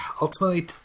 ultimately